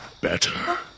Better